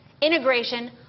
integration